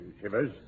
Shivers